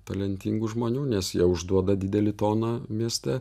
talentingų žmonių nes jie užduoda didelį toną mieste